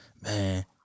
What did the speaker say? man